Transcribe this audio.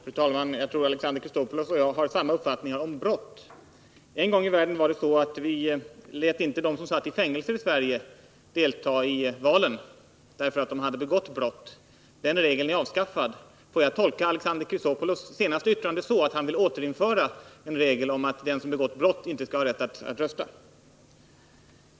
Fru talman! Jag tror att Alexander Chrisopoulos och jag har samma uppfattning om brott. En gång i världen lät vi inte dem som satt i fängelse delta i valen därför att de hade begått brott. Den regeln är avskaffad. Får jag tolka Alexander Chrisopoulos senaste yttrande så att han vill återinföra en regel om att den som begått brott inte skall ha rätt att rösta?